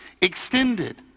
extended